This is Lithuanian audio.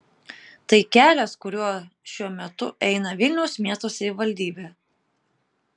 tai kelias kuriuo šiuo metu eina vilniaus miesto savivaldybė